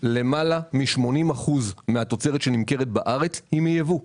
למעלה מ-80% מהתוצרת שנמכרת בארץ היא מייבוא.